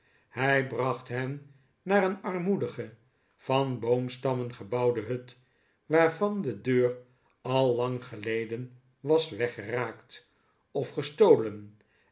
hij bracht hen naar een armoedige van boomstammen gebouwde hut waarvan de deur al lang geleden was weggeraakt of gestolen